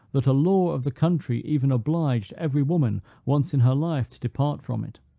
that a law of the country even obliged every woman once in her life to depart from it.